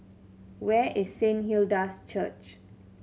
where is Saint Hilda's Church